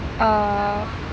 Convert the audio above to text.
uh